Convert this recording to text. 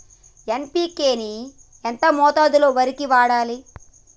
NPK ని ఎంత మోతాదులో వరికి వాడాలి?